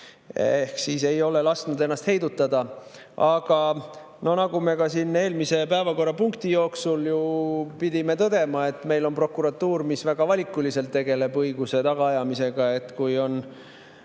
Ehk siis me ei ole lasknud ennast heidutada. Aga nagu me siin eelmise päevakorrapunkti jooksul pidime tõdema, et meil on prokuratuur, mis väga valikuliselt tegeleb õiguse tagaajamisega. Kui